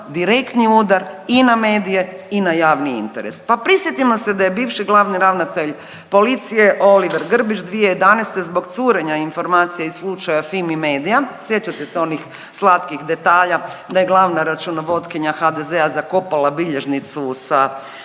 direktni udar i na medije i na javni interes. Pa prisjetimo se da je bivši glavni ravnatelj policije Oliver Grbić 2011., zbog curenja informacija iz slučaja FIMI MEDIA, sjećate se onih slatkih detalja da je glavna računovotkinja HDZ-a zakopala bilježnicu sa